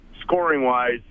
scoring-wise